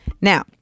Now